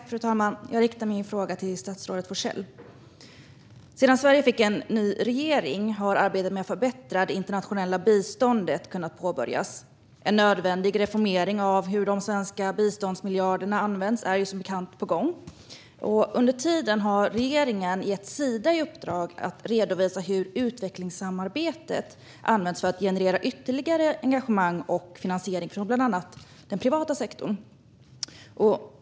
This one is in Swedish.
Fru talman! Jag riktar min fråga till statsrådet Forssell. Sedan Sverige fick en ny regering har arbetet med att förbättra det internationella biståndet kunnat påbörjas. En nödvändig reformering av hur de svenska biståndsmiljarderna används är som bekant på gång. Under tiden har regeringen gett Sida i uppdrag att redovisa hur utvecklingssamarbetet används för att generera ytterligare engagemang och finansiering från bland annat den privata sektorn.